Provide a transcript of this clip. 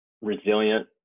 resilient